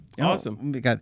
Awesome